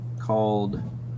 called